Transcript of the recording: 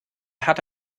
hatte